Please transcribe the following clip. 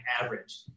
average